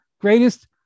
Greatest